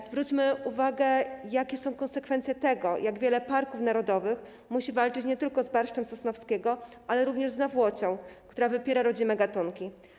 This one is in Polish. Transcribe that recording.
Zwróćmy uwagę, jakie są tego konsekwencje, jak wiele parków narodowych musi walczyć nie tylko z barszczem Sosnowskiego, ale również z nawłocią, która wypiera rodzime gatunki.